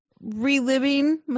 Reliving